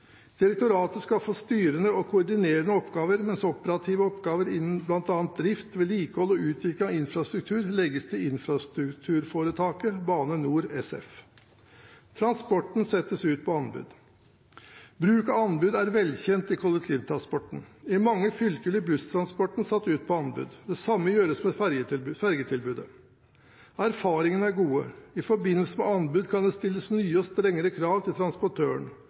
Direktoratet skal få styrende og koordinerende oppgaver, mens operative oppgaver innen bl.a. drift, vedlikehold og utvikling av infrastruktur legges til infrastrukturforetaket Bane NOR SF. Transporten settes ut på anbud. Bruk av anbud er velkjent i kollektivtransporten. I mange fylker blir busstransporten satt ut på anbud – det samme gjøres med fergetilbudet. Erfaringene er gode. I forbindelse med anbud kan det stilles nye og strengere krav til transportøren